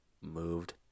Moved